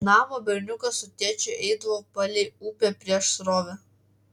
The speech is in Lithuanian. namo berniukas su tėčiu eidavo palei upę prieš srovę